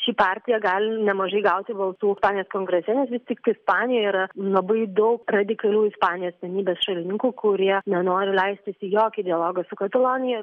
ši partija gali nemažai gauti balsų ispanijos kongrese nes vis tik ispanija yra labai daug radikalių ispanijos vienybės šalininkų kurie nenori leistis į jokį dialogą su katalonija